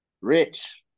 Rich